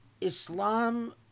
Islam